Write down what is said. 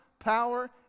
Power